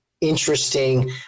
Interesting